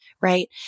right